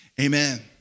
Amen